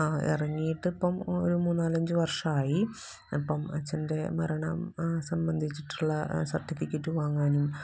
ഇറങ്ങീട്ടിപ്പം ഒരു മൂന്നാലഞ്ചു വർഷമായി ഇപ്പം അച്ഛൻ്റെ മരണം സംബന്ധിച്ചിട്ടുള്ള സർട്ടിഫിക്കറ്റ് വാങ്ങാനും